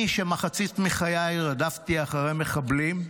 אני, שמחצית מחיי רדפתי אחרי מחבלים,